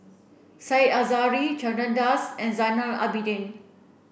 Said Zahari Chandra Das and Zainal Abidin